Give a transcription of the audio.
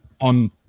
on